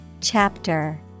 Chapter